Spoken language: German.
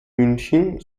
münchen